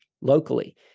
locally